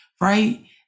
right